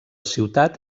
ciutat